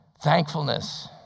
thankfulness